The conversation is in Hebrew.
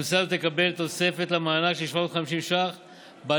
האוכלוסייה הזאת תקבל תוספת של 750 ש"ח למענק.